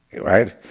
Right